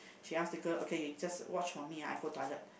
she ask the girl okay you just watch for me ah I go toilet